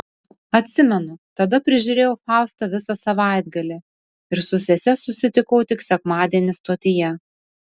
atsimenu tada prižiūrėjau faustą visą savaitgalį ir su sese susitikau tik sekmadienį stotyje